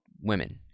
women